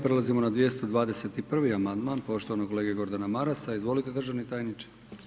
Prelazimo na 221. amandman poštovanog kolege Gordana Marasa, izvolite državni tajniče.